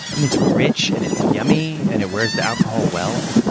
and it's rich, and it's yummy, and it wears the alcohol well.